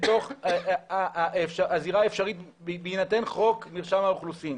לתוך הזירה האפשרית בהינתן חוק מרשם האוכלוסין.